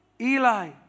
Eli